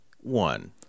one